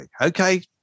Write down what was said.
Okay